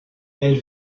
elle